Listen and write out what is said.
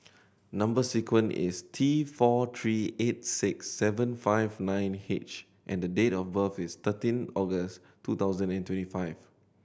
number sequence is T four three eight six seven five nine H and the date of birth is thirteen August two thousand and twenty five